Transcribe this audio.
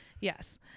Yes